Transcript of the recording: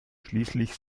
schließlich